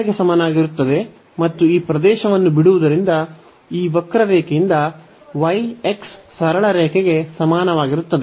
ಗೆ ಸಮನಾಗಿರುತ್ತದೆ ಮತ್ತು ಈ ಪ್ರದೇಶವನ್ನು ಬಿಡುವುದರಿಂದ ಈ ವಕ್ರರೇಖೆಯಿಂದ y x ಸರಳ ರೇಖೆಗೆ ಸಮಾನವಾಗಿರುತ್ತದೆ